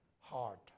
heart